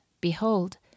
behold